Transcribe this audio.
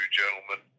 gentlemen